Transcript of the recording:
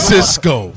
Cisco